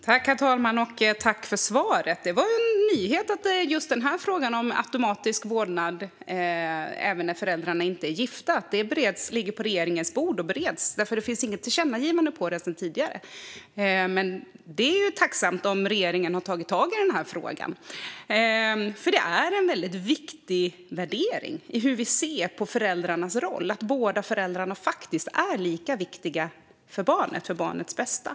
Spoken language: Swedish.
Herr talman! Tack, ledamoten, för svaret! Det var en nyhet att just den här frågan om automatisk vårdnad även när föräldrarna inte är gifta ligger på regeringens bord och bereds, för det finns inte något tillkännagivande om det sedan tidigare. Men det är tacknämligt om regeringen har tagit tag i frågan, för det är en väldigt viktig värdering i hur vi ser på föräldrarnas roll: att båda föräldrarna faktiskt är lika viktiga för barnet, för barnets bästa.